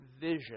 vision